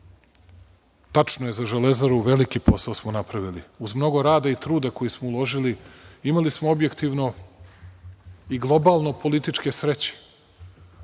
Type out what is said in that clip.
tačno je za „Železaru“, veliki posao smo napravili. Uz mnogo rada i truda koji smo uložili, imali smo objektivno i globalno političke sreće